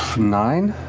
nine?